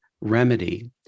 remedy